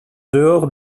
dehors